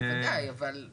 ודאי, אבל,